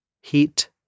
Heat